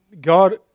God